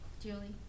Julie